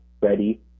ready